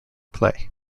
play